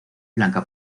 blanca